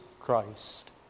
Christ